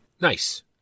Nice